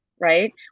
right